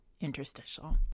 interstitial